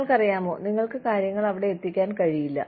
നിങ്ങൾക്കറിയാമോ നിങ്ങൾക്ക് കാര്യങ്ങൾ അവിടെ എത്തിക്കാൻ കഴിയില്ല